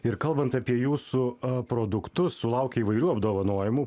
ir kalbant apie jūsų produktus sulaukė įvairių apdovanojimų